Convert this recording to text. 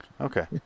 Okay